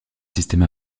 système